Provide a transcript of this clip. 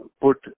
put